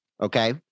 Okay